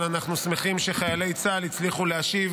אבל אנחנו שמחים שחיילי צה"ל הצליחו להשיב